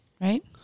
Right